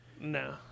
No